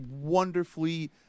wonderfully